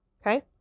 Okay